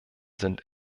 sind